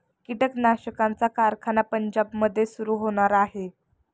कीटकनाशकांचा कारखाना पंजाबमध्ये सुरू होणार आहे